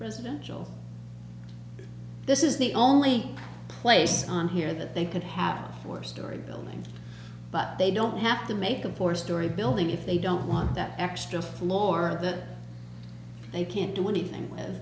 residential this is the only place on here that they could have four story building but they don't have to make a four story building if they don't want that extra floor or that they can't do anything with